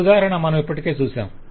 ఈ ఉదాహరణ మనం ఇప్పటికే చూశాము